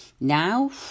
Now